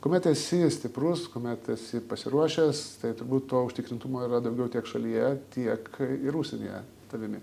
kuomet esi stiprus kuomet esi pasiruošęs tai turbūt to užtikrintumo yra daugiau tiek šalyje tiek ir užsienyje tavimi